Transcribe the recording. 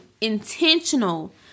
intentional